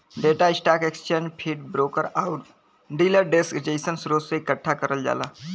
data stock exchange feed, broker आउर dealer desk जइसन स्रोत से एकठ्ठा करल जाला